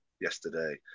yesterday